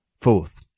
Fourth